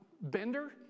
bender